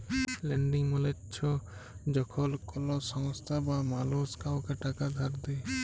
lending মালে চ্ছ যখল কল সংস্থা বা মালুস কাওকে টাকা ধার দেয়